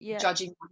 judging